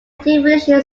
definition